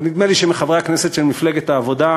אבל נדמה לי שמחברי הכנסת של מפלגת העבודה